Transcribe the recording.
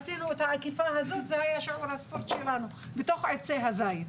עשינו את העקיפה הזאת זה היה שיעור הספורט שלנו בתוך עצי הזית.